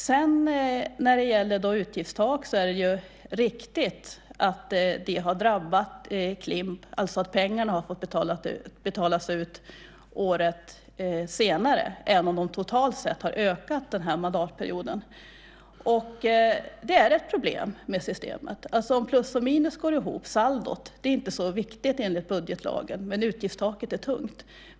När det sedan gäller utgiftstak är det riktigt att det har drabbat Klimppengarna och att pengarna har fått betalas ut året senare, även om de totalt sett har ökat under den här mandatperioden. Det är problem med systemet. Att plus och minus går ihop, saldot, är inte så viktigt enligt budgetlagen, men utgiftstaket är tungt.